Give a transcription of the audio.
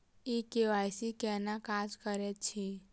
ई KYC केना काज करैत अछि?